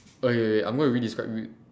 okay okay I'm gonna redescribe you